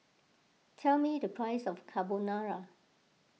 tell me the price of Carbonara